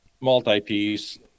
multi-piece